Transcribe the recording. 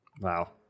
Wow